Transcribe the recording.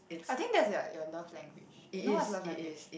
I think that is your your love language know what's love language